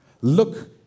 Look